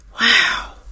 Wow